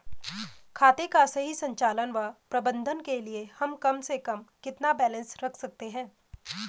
खाते का सही संचालन व प्रबंधन के लिए हम कम से कम कितना बैलेंस रख सकते हैं?